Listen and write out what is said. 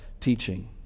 teaching